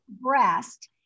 breast